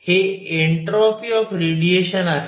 हे entropy of radiation आहे